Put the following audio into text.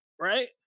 right